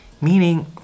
Meaning